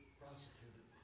prosecuted